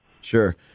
Sure